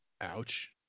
Ouch